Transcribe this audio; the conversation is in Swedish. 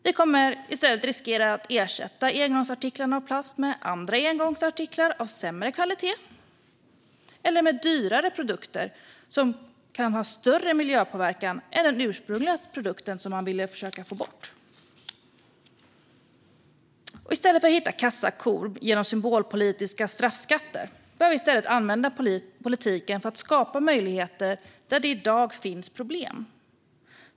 Vi kommer i stället att riskera att ersätta engångsartiklarna av plast med andra engångsartiklar av sämre kvalitet eller med dyrare produkter som kan ha större miljöpåverkan än den ursprungliga produkten som man ville få bort. I stället för att försöka hitta kassakor genom symbolpolitiska straffskatter bör vi använda politiken för att skapa möjligheter där det i dag finns problem.